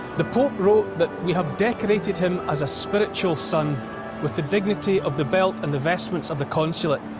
the pope wrote that we have decorated him as a spiritual son with the dignity of the belt and the vestments of the consulate.